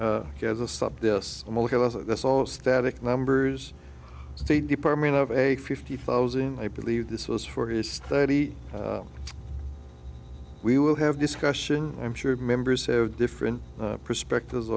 it that's all static numbers state department of a fifty thousand i believe this was for his study we will have discussion i'm sure members have different perspectives